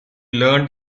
learned